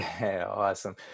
Awesome